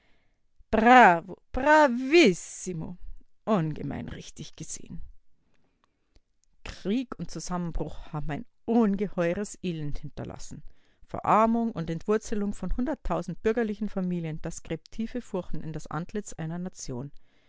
richtig gesehen krieg und zusammenbruch haben ein ungeheuerliches elend hinterlassen verarmung und entwurzelung von hunderttausenden bürgerlichen familien das gräbt tiefe furchen in das antlitz einer nation